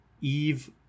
Eve